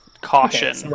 caution